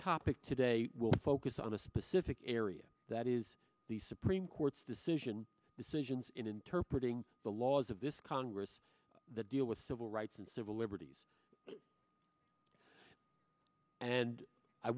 topic today will focus on a specific area that is the supreme court's decision decisions in interpret ing the laws of this congress that deal with civil rights and civil liberties and i